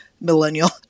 millennial